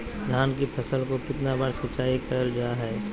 धान की फ़सल को कितना बार सिंचाई करल जा हाय?